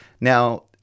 Now